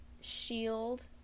shield